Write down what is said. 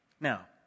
Now